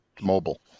Mobile